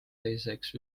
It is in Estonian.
teiseks